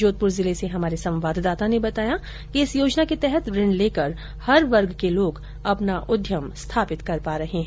जोधपुर जिले से हमारे संवाददाता ने बताया कि इस योजना के तहत ऋण लेकर हर वर्ग के लोग अपना उद्यम स्थापित कर पा रहे है